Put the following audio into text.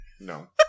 No